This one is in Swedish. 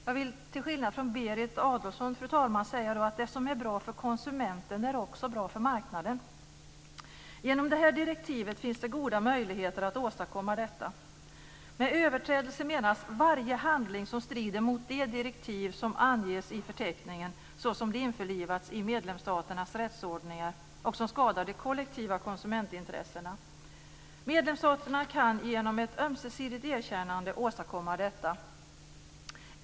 Jag vill till skillnad från Berit Adolfsson säga att det som är bra för konsumenten är också bra för marknaden. Genom det här direktivet finns det goda möjligheter att åstadkomma detta. Med överträdelser menas varje handling som strider mot de direktiv som anges i förteckningen såsom de har införlivats i medlemsstaternas rättsordningar och som skadar de kollektiva konsumentintressena. Medlemsstaterna kan genom ett ömsesidigt erkännande åstadkomma detta.